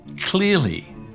Clearly